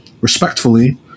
respectfully